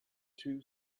two